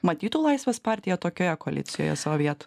matytų laisvės partija tokioje koalicijoje savo viet